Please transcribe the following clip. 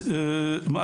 "7א.